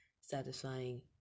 satisfying